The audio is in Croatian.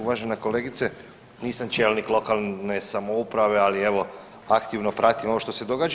Uvažena kolegice, nisam čelnik lokalne samouprave, ali evo aktivno pratim ovo što se događa.